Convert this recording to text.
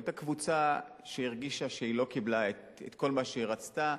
היתה קבוצה שהרגישה שהיא לא קיבלה את כל מה שהיא רצתה.